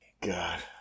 God